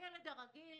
הילד הרגיל